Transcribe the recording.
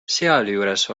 sealjuures